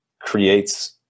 creates